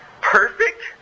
perfect